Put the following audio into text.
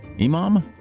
Imam